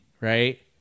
right